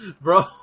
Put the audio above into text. bro